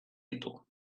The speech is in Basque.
ditu